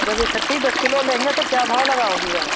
जब इकट्ठी दस किलो लेंगे तो क्या भाव लगाओगी आप